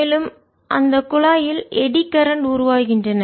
மேலும் அந்தக் குழாயில் எட்டி கரண்ட் சுழல் மின்னோட்டம் உருவாகின்றன